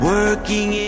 Working